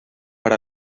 per